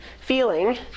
feeling